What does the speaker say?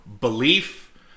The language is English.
belief